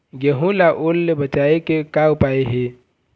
गेहूं ला ओल ले बचाए के का उपाय हे?